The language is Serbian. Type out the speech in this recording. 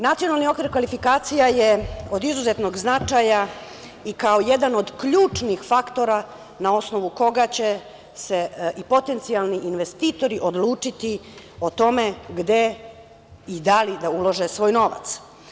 Nacionalni okvir kvalifikacija je od izuzetnog značaja i kao jedan od ključnih faktora na osnovu koga će se i potencijalni investitori odlučiti o tome gde i da li da ulože svoj novac.